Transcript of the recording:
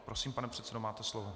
Prosím, pane předsedo, máte slovo.